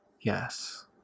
Yes